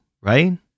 right